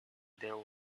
there